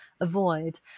avoid